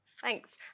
Thanks